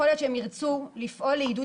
יכול להיות שהם ירצו לפעול לעידוד